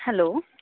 hello